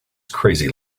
crazy